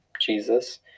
Jesus